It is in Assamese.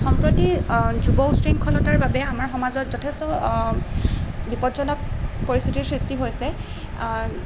সম্প্ৰতি যুৱ উশৃংখলতাৰ বাবে আমাৰ সমাজত যথেষ্ট বিপদজনক পৰিস্থিতিৰ সৃষ্টি হৈছে